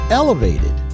elevated